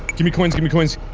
gimme coins, gimme coins!